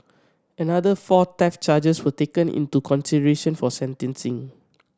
another four theft charges were taken into consideration for sentencing